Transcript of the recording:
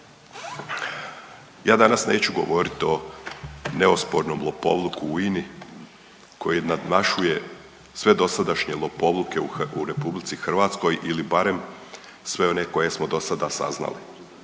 Ja danas neću govoriti o neospornom lopovluku u INA-i koji nadmašuje sve dosadašnje lopovluke u RH ili barem sve one koje smo dosada saznali.